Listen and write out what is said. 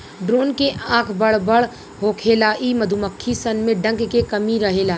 drone के आँख बड़ बड़ होखेला इ मधुमक्खी सन में डंक के कमी रहेला